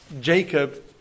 Jacob